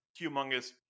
humongous